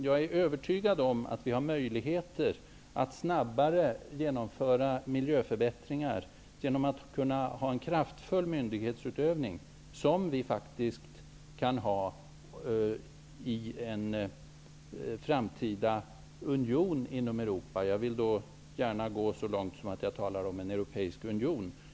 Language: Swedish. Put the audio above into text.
Jag är övertygad om att vi har möjligheter att snabbare genomföra miljöförbättringar genom en kraftfull myndighetsutövning, som vi faktiskt kan ha i en framtida union inom Europa. Jag vill gärna gå så långt att jag talar om en europeisk union.